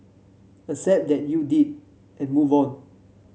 accept that you did and move on